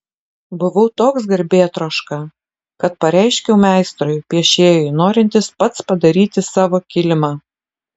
buvau toks garbėtroška kad pareiškiau meistrui piešėjui norintis pats padaryti savo kilimą